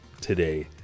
today